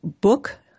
book